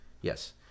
Yes